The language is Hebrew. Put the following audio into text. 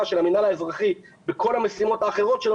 של המינהל האזרחי בכל המשימות האחרות של,